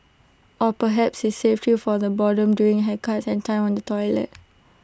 or perhaps IT saved you from the boredom during haircuts and time on the toilet